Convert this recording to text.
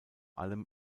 allem